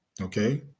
Okay